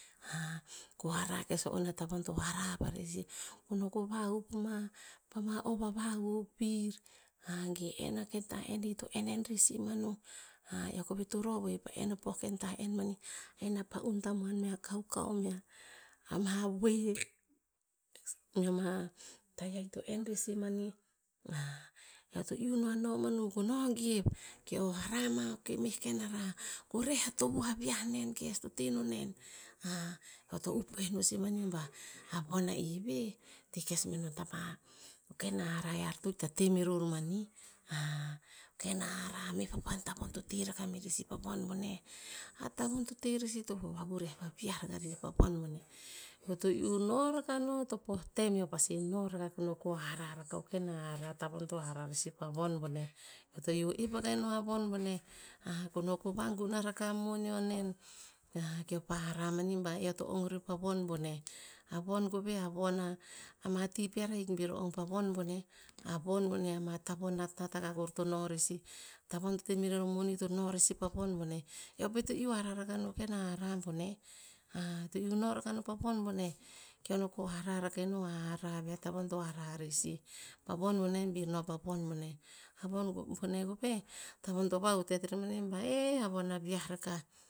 ko hara kes o atavon to hara vareh sih. Ko noh, ko vahuv ko ma po ma o vavahuv pir. ge enn ama tah enn ir to enn enn reh sih manu, eo koveh to rov o pa enn ama pah tah enn mani. Enn a pa'un tamuan mea kaukau meh ama wee meh ma taiah ito enn reh sih mani. eo to iuh noh a non manu ko no gev, keo hara ma meh o ken hara, keo reh a tovuh to viah nen kes to tehnon nen. eo to upuhe no sih mani ba a von ah i veh teh kes menon ta pa o ken hara ear to itah teh meh ror mani. ken hara meh papan tavon to teh rakah mereh sih pa von boneh. A tavon to tereh sih, to vavuriah vaviah rakah rer pa von boneh. Eo to iuh noh rakah no to po pa'eh o tem eo pasi noh rakah ko noh ko hara rakah o ken hara atavon to hara reh sih pa von boneh. Eo to iuh oep akah eno a von boneh. ko noh ko ko vangunah rakah a moneo nen. keo pa hara mani ba, eo to ong vuren pa von boneh. A von boneh ama tavon atah akakor to nor rer sih. Tavon to teh meh rer o moni to noh rer sih pa von boneh. Eo pet to iuh hara rakah no ken hara boneh. eo to iuh noh rakah no pa von boneh. Keo noh keo hara rakah ina hara veh atavon to hara reh sih pa von boneh. Bir noh pa von boneh. A von tavon to va utet rer mani ba, "eh, a von a viah raka."